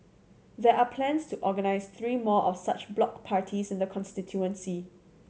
there are plans to organise three more of such block parties in the constituency